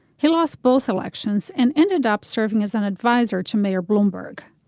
he lost both elections and ended up serving as an adviser to mayor bloomberg.